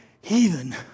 heathen